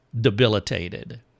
debilitated